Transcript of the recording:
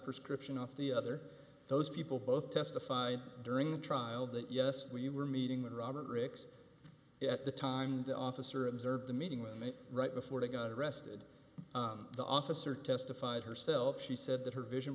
prescription off the other those people both testified during the trial that yes we were meeting with robert ricks at the time the officer observed the meeting with me right before they got arrested the officer testified herself she said that her vision